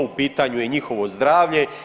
U pitanje je njihovo zdravlje.